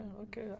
okay